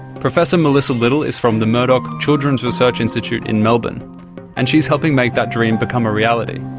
professor melissa little is from the murdoch children's research institute in melbourne and she's helping make that dream become a reality.